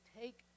take